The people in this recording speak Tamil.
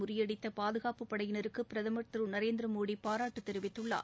முறியடித்த பாதுகாப்புப்படையினருக்கு பிரதமர் திரு நரேந்திரமோடி பாராட்டு தெரிவித்துள்ளார்